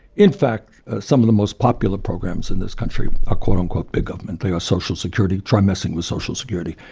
in fact, some of the most popular programs in this country are, ah quote-unquote, big government. they are social security. try messing with social security.